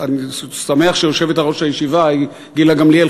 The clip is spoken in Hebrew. אני שמח שיושבת-ראש הישיבה היא גילה גמליאל,